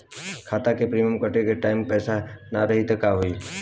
खाता मे प्रीमियम कटे के टाइम पैसा ना रही त का होई?